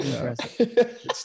impressive